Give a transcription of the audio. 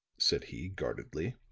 said he, guardedly.